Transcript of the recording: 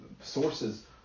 sources